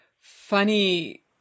funny